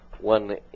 one